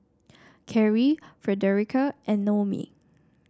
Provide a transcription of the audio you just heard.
Karie Fredericka and Noemie